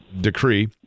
decree